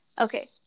Okay